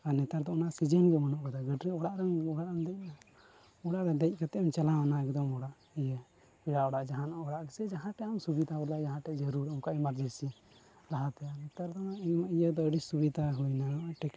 ᱟᱨ ᱱᱮᱛᱟᱨ ᱫᱚ ᱥᱤᱡᱤᱱ ᱜᱮ ᱵᱟᱹᱱᱩᱜ ᱠᱟᱫᱟ ᱜᱟᱹᱰᱤ ᱨᱮ ᱚᱲᱟᱜ ᱨᱮᱢ ᱚᱲᱟᱜ ᱨᱮᱢ ᱫᱮᱡᱱᱟ ᱚᱲᱟᱜ ᱨᱮ ᱫᱮᱡ ᱠᱟᱛᱮᱫ ᱮᱢ ᱪᱟᱞᱟᱣᱱᱟ ᱮᱠᱫᱚᱢ ᱚᱲᱟᱜ ᱤᱭᱟᱹ ᱯᱮᱲᱟ ᱚᱲᱟᱜ ᱡᱟᱦᱟᱱᱟᱜ ᱚᱲᱟᱜ ᱜᱮᱥᱮ ᱡᱟᱦᱟᱸ ᱴᱷᱮᱱ ᱟᱢ ᱥᱩᱵᱤᱫᱟ ᱵᱚᱞᱮ ᱡᱟᱦᱟᱸ ᱴᱷᱮᱱ ᱡᱟᱹᱨᱩᱲ ᱚᱱᱠᱟ ᱮᱢᱟᱨᱡᱮᱹᱱᱥᱤ ᱞᱟᱦᱟᱛᱮ ᱱᱮᱛᱟᱨ ᱫᱚ ᱤᱧᱢᱟ ᱤᱭᱟᱹᱛᱮ ᱟᱹᱰᱤ ᱥᱩᱵᱤᱫᱟ ᱦᱩᱭᱱᱟ ᱱᱚᱜᱼᱚᱭ ᱴᱮᱠ